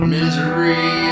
Misery